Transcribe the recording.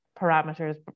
parameters